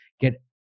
get